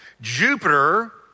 Jupiter